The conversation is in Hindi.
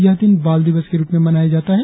यह दिन बाल दिवस के रुप में मनाया जाता है